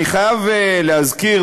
אני חייב להזכיר,